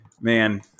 Man